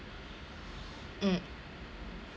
mm